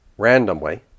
randomly